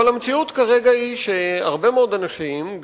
אבל המציאות כרגע היא שהרבה מאוד אנשים,